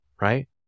right